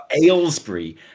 Aylesbury